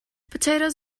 potatoes